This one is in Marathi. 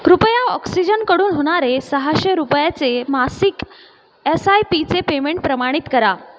कृपया ऑक्सिजनकडून होणारे सहाशे रुपयाचे मासिक एस आय पीचे पेमेंट प्रमाणित करा